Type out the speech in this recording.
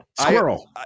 Squirrel